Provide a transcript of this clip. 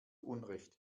unrecht